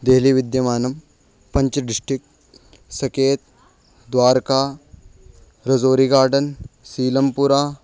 देहल्यां विद्यमानं पञ्च डिस्टिक् सकेत् द्वारका रजोरिगार्डन् सीलम्पुरा